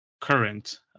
current